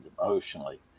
emotionally